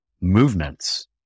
movements